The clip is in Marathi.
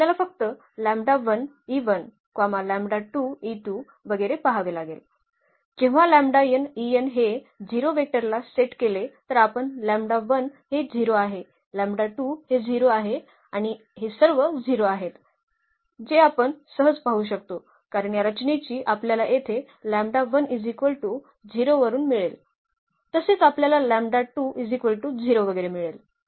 तर आपल्याला फक्त वगैरे पहावे लागेल जेव्हा हे 0 वेक्टरला सेट केले तर आपण हे 0 आहे हे 0 आहे आणि हे सर्व 0 आहेत जे आपण सहज पाहू शकतो कारण या रचनेची आपल्याला येथे वरून मिळेल तसेच आपल्याला वगैरे मिळेल